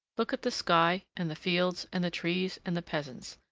look at the sky and the fields and the trees and the peasants,